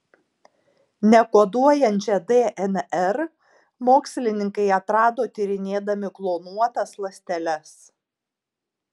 nekoduojančią dnr mokslininkai atrado tyrinėdami klonuotas ląsteles